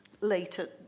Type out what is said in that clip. later